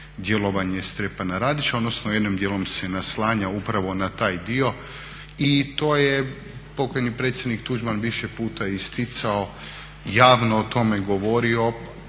djelovanje Stjepana Radića, odnosno jednim dijelom se naslanja upravo na taj dio i to je pokojni predsjednik Tuđman više puta isticao, javno o tome govorio,